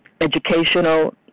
educational